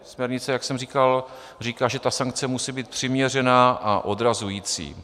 Směrnice, jak jsem říkal, říká, že ta sankce musí být přiměřená a odrazující.